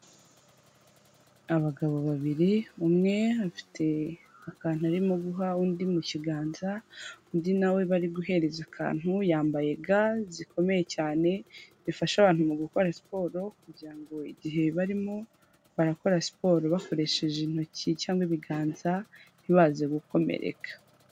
Abagabo babiri umwe afite akantu arimo guha undi mu kiganza, undi na we bari guhereza akantu yambaye ga zikomeye cyane, zifasha abantu mu gukora siporo, kugira ngo igihe barimo barakora siporo bakoresheje intoki cyangwa ibiganza ntibaze gukomereka.